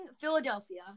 Philadelphia